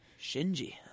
Shinji